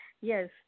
Yes